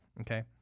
okay